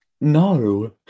no